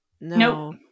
No